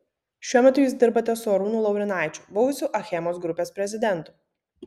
šiuo metu jūs dirbate su arūnu laurinaičiu buvusiu achemos grupės prezidentu